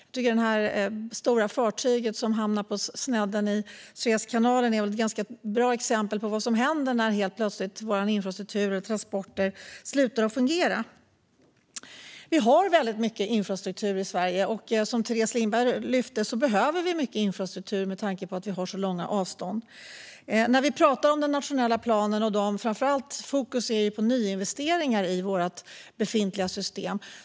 Jag tycker att det där stora fartyget som hamnade på snedden i Suezkanalen är ett bra exempel på vad som händer när infrastruktur och transporter plötsligt slutar fungera. Vi har väldigt mycket infrastruktur i Sverige, och som Teres Lindberg tog upp behöver vi mycket infrastruktur eftersom vi har så långa avstånd. När vi pratar om den nationella planen är fokus på nyinvesteringar i vårt befintliga system.